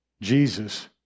Jesus